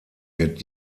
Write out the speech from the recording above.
wird